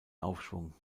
aufschwung